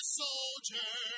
soldier